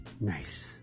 Nice